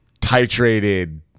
titrated